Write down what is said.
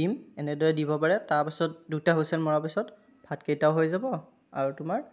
ডীম এনেদৰে দিব পাৰে তাৰ পাছত দুটা হুইচেল মৰাৰ পাছত ভাতকেইটাও হৈ যাব আৰু তোমাৰ